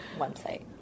website